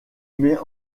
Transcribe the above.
met